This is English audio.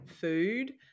food